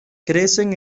crecen